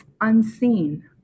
unseen